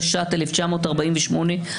התש"ט 1948,